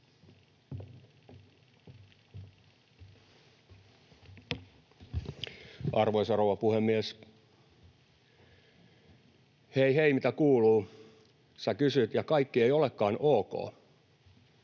Arvoisa rouva puhemies! ”Hei hei mitä kuuluu, sä kysyt” — ja kaikki ei olekaan ok.